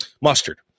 mustard